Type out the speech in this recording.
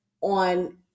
on